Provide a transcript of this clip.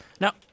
Now